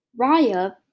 Raya